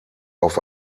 auf